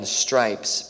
stripes